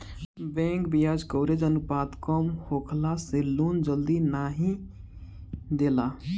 bank बियाज coverage अनुपात कम होखला से लोन जल्दी नाइ देला